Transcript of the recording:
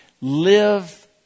live